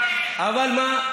אבל מה,